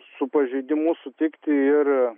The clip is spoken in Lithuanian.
su pažeidimu sutikti ir